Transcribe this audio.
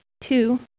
Two